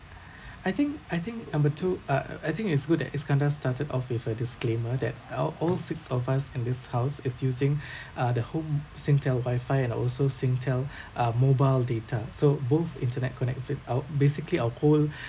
I think I think number two uh I think it's good that iskandar started off with a disclaimer that well all six of us in this house is using uh the home Singtel wifi and also Singtel uh mobile data so both internet connect with our basically our whole